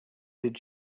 did